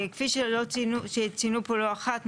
כפי שציינו פה לא אחת,